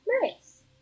Nice